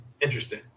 interesting